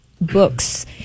books